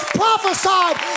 prophesied